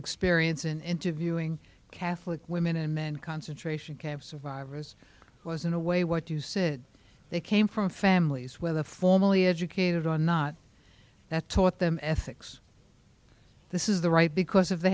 experience in interviewing catholic women and men concentration camp survivors was in a way what you said they came from families where the formally educated or not that taught them ethics this is the right because if they